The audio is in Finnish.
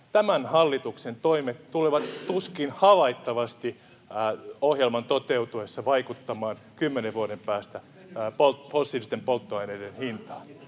tämän hallituksen toimet tulevat tuskin havaittavasti ohjelman toteutuessa vaikuttamaan kymmenen vuoden päästä fossiilisten polttoaineiden hintoihin,